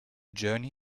journey